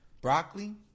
Broccoli